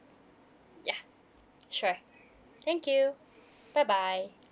ya sure thank you bye bye